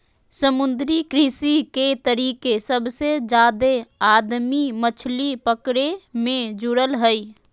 समुद्री कृषि के तरीके सबसे जादे आदमी मछली पकड़े मे जुड़ल हइ